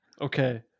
Okay